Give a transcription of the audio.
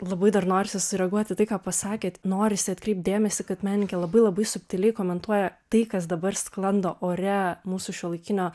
labai dar norisi sureaguot į tai ką pasakėt norisi atkreipti dėmesį kad menininkė labai labai subtiliai komentuoja tai kas dabar sklando ore mūsų šiuolaikinio